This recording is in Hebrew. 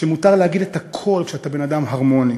שמותר להגיד את הכול כשאתה בן-אדם הרמוני.